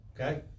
Okay